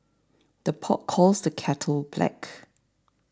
the pot calls the kettle black